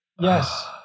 Yes